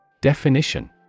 Definition